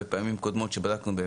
בפעמים קודמות שבדקנו,